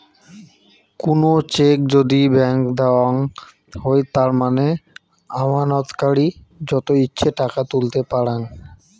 কুনো চেক যদি ব্ল্যান্ক দেওয়াঙ হই তার মানে আমানতকারী যত ইচ্ছে টাকা তুলতে পারাং